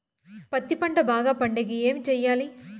పత్తి పంట బాగా పండే కి ఏమి చెయ్యాలి?